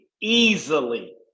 easily